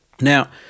Now